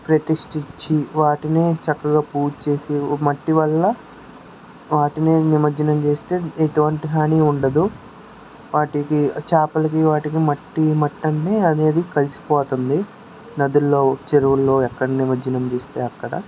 ప్రతిష్టించి వాటినే చక్కగా పూజ చేసి మట్టి వల్ల వాటినే నిమ్మజనం చేస్తే ఎటువంటి హాని ఉండదు వాటికి చాపలకి వాటికి మట్టి మట్టి అనేది కలిసిపోతుంది నదుల్లో చెరువుల్లో ఎక్కడ నిమ్మజనం చేస్తే అక్కడ